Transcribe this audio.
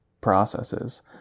processes